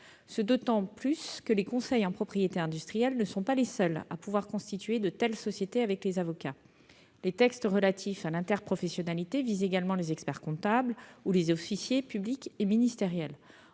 d'autant que les conseils en propriété industrielle ne sont pas les seuls à pouvoir constituer de telles sociétés avec les avocats. Les textes relatifs à l'interprofessionnalité visent également les experts-comptables ou les officiers publics et ministériels.